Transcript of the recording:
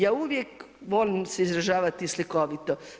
Ja uvijek volim se izražavati slikovito.